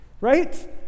right